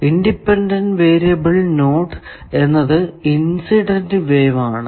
independent variable node എന്നത് incident wave ആണ്